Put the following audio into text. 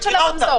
את מכירה אותם,